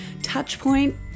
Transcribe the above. Touchpoint